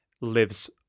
lives